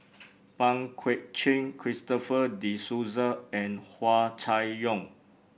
Pang Guek Cheng Christopher De Souza and Hua Chai Yong